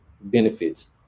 benefits